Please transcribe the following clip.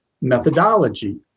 Methodology